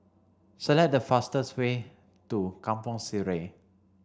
select the fastest way to Kampong Sireh